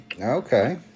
Okay